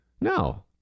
No